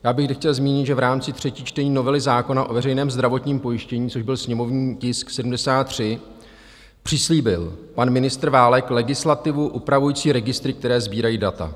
Já bych zde chtěl zmínit, že v rámci třetího čtení novely zákona o veřejném zdravotním pojištění, což byl sněmovní tisk 73, přislíbil pan ministr Válek legislativu upravující registry, které sbírají data.